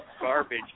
garbage